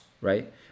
right